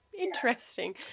interesting